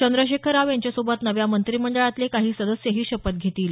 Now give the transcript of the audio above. चंद्रशेखर राव यांच्यासोबत नव्या मंत्रिमंडळातले काही सदस्यही शपथ घेतील